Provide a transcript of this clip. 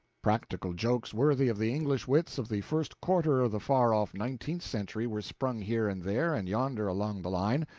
practical jokes worthy of the english wits of the first quarter of the far-off nineteenth century were sprung here and there and yonder along the line,